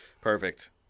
perfect